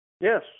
Yes